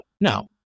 No